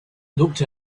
looked